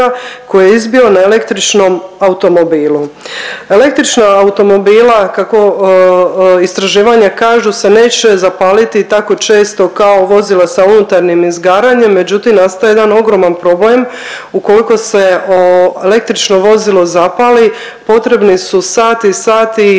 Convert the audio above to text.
koji je izbio na električnom automobilu“. Električne automobile kako istraživanja kažu se neće zapaliti tako često kao vozila sa unutarnjim izgaranjem, međutim nastaje jedan ogroman problem. Ukoliko se električno vozilo zapali potrebni su sati i sati